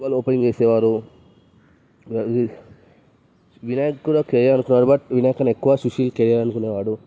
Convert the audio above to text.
వాళ్ళు ఓపెనింగ్ చేసేవారు వినాయక్ కూడా కెరీర్ అనుకునేవాడు బట్ వినాయక్ కన్నా ఎక్కువ సుశీల్ కెరీర్ అనుకునేవాడు